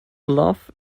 bluff